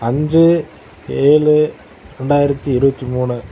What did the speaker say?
அஞ்சு ஏழு ரெண்டாயிரத்து இருபத்தி மூணு